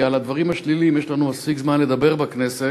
כי על הדברים השליליים יש לנו מספיק זמן לדבר בכנסת.